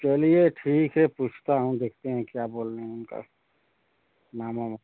चलिए ठीक है पूछता हूँ देखते हैं क्या बोल रहें उनका मामा मा